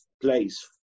place